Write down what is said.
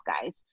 guys